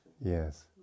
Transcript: yes